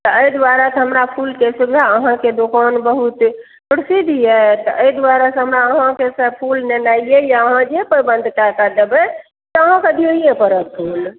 तऽ एहि दुआरे तऽ हमरा फूलके सुविधा अहाँके दोकान बहुत प्रसिद्ध यऽ तऽ एहि दुआरे से हमरा अहाँके से फूल लेनाइ यऽ अहाँ जे प्रबन्ध कएके देबै से अहाँके दिययै पड़त फूल